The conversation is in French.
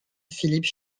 philippe